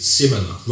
similar